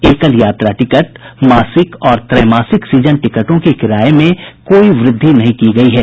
एकल यात्रा टिकट मासिक और त्रैमासिक सीजन टिकटों के किराये में कोई वृद्धि नहीं की गयी है